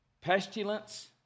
pestilence